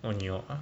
oh 你有 ah